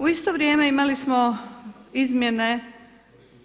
U isto vrijeme imali smo izmjene